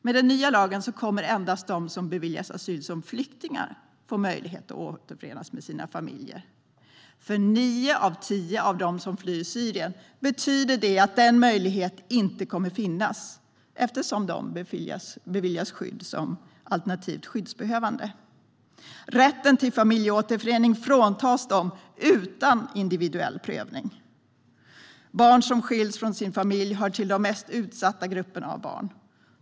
Med den nya lagen kommer endast de som beviljas asyl som flyktingar att få möjlighet att återförenas med sina familjer. För nio av tio av dem som flyr Syrien betyder det att denna möjlighet inte kommer att finnas, eftersom de beviljas skydd som alternativt skyddsbehövande. Rätten till familjeåterförening fråntas dem utan individuell prövning. Barn som skiljs från sin familj hör till de mest utsatta grupperna av barn.